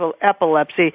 epilepsy